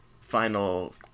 final